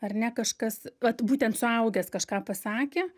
ar ne kažkas vat būtent suaugęs kažką pasakė